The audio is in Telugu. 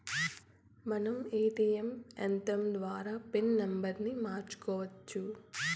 మనం ఏ.టీ.యం యంత్రం ద్వారా పిన్ నంబర్ని మార్చుకోవచ్చు